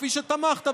כפי שתמכת,